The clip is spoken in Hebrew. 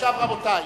רבותי,